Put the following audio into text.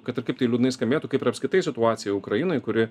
kad ir kaip tai liūdnai skambėtų kaip ir apskritai situacija ukrainoj kuri